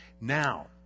now